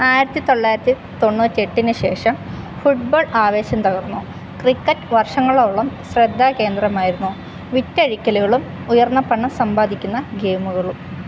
ആയിരത്തി തൊള്ളായിരത്തി തൊണ്ണുറ്റെട്ടിന് ശേഷം ഫുട്ബോൾ ആവേശം തകർന്നോ ക്രിക്കറ്റ് വർഷങ്ങളോളം ശ്രദ്ധാകേന്ദ്രമായിരുന്നോ വിറ്റഴിക്കലുകളും ഉയർന്ന പണം സമ്പാദിക്കുന്ന ഗെയിമുകളും